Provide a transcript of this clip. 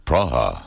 Praha